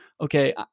okay